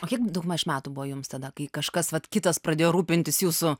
o kiek daugmaž metų buvo jums tada kai kažkas vat kitas pradėjo rūpintis jūsų